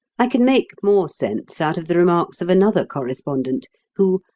i can make more sense out of the remarks of another correspondent who,